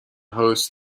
hosts